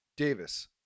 Davis